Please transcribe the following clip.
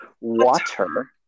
water